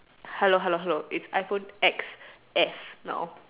hello hello hello it's iphone X_S now